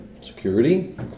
security